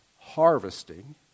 harvesting